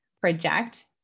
project